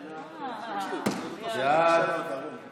ההצעה להעביר את הנושא לוועדת הכספים נתקבלה.